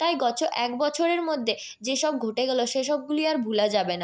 তাই গত এক বছরের মধ্যে যেসব ঘটে গেল সেসবগুলি আর ভুলা যাবে না